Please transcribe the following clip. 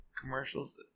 commercials